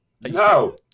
No